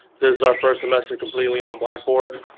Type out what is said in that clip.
this is our first semester completely on blackboard.